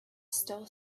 still